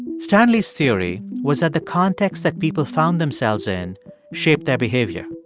stanley's theory was that the context that people found themselves in shape their behavior.